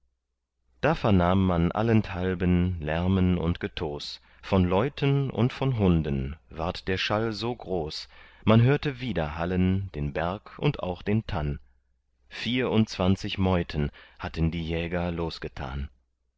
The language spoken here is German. da vernahm man allenthalben lärmen und getos von leuten und von hunden ward der schall so groß man hörte widerhallen den berg und auch den tann vierundzwanzig meuten hatten die jäger losgetan